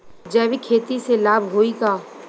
जैविक खेती से लाभ होई का?